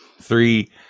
three